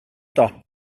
dop